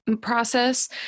process